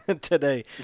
today